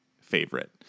favorite